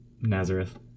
Nazareth